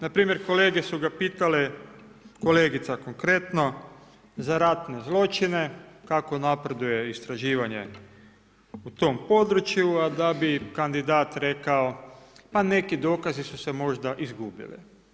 Npr. kolege su ga pitale, kolegica konkretno za ratne zločine, kako napreduje istraživanje u tom području a da bi kandidat rekao pa neki dokazi su se možda izgubili.